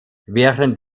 während